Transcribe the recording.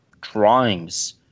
drawings